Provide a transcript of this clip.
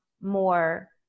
more